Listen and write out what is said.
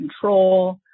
control